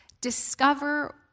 Discover